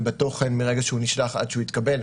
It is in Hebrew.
בתוכן מרגע שהוא נשלח עד שהוא התקבל.